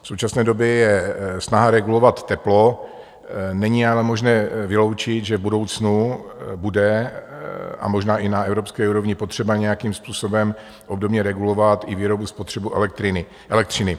V současné době je snaha regulovat teplo, není ale možné vyloučit, že v budoucnu bude, a možná i na evropské úrovni, potřeba nějakým způsobem obdobně regulovat i výrobu a spotřebu elektřiny.